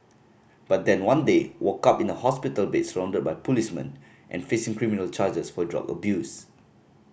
but then one day woke up in a hospital bed surrounded by policemen and facing criminal charges for drug abuse